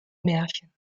märchen